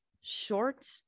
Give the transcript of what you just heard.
short